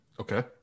Okay